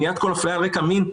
מניעת כל אפליה על רקע מין,